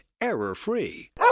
error-free